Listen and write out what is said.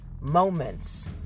moments